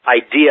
idea